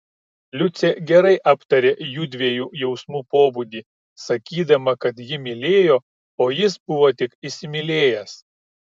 liucė gerai aptarė jųdviejų jausmų pobūdį sakydama kad ji mylėjo o jis buvo tik įsimylėjęs